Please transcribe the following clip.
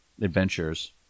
adventures